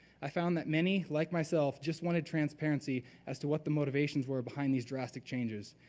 i found that many like myself just wanted transparency as to what the motivations were behind these drastic changes.